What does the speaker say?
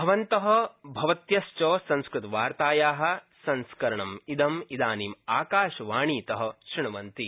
भवन्त भवत्यश्च संस्कृतवार्ताया संस्करणमिदं इदानीम् आकाशवाणीत श्रृण्वन्ति